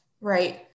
right